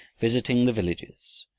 visiting the villages,